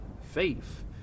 faith